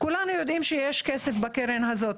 כולנו יודעים שיש כסף בקרן הזאת.